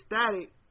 static